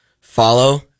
follow